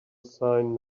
sign